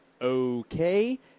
okay